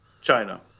China